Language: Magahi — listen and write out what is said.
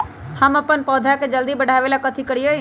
हम अपन पौधा के जल्दी बाढ़आवेला कथि करिए?